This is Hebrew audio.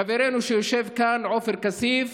חברנו שיושב כאן, עופר כסיף,